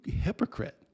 hypocrite